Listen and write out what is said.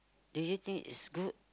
do you think it's good